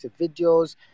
videos